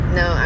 no